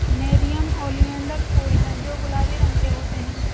nerium oleander फूल हैं जो गुलाबी रंग के होते हैं